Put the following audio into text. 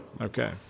Okay